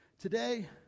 today